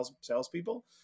salespeople